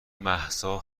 مهسا